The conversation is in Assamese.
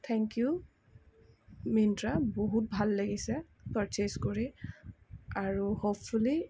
থেংক ইও মিনট্ৰা বহুত ভাল লাগিছে পাৰ্ছেছ কৰি আৰু হ'পফুলি